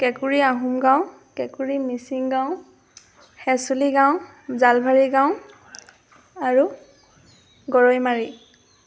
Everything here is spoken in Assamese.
কেঁকুৰী আহোমগাঁও কেঁকুৰী মিচিংগাঁও হেঁচলী গাঁও জালভাৰী গাঁও আৰু গৰৈমাৰী